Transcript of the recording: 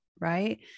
right